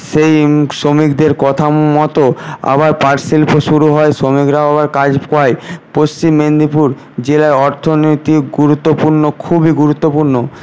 সেই শ্রমিকদের কথামতো আবার পাট শিল্প শুরু হয় শ্রমিকরাও আবার কাজ পায় পশ্চিম মেদনীপুর জেলায় অর্থনীতি গুরুত্বপূর্ণ খুবই গুরুত্বপূর্ণ